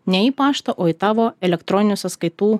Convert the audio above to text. ne į paštą o į tavo elektroninių sąskaitų